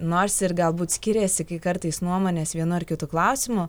nors ir galbūt skiriasi kartais nuomonės vienu ar kitu klausimu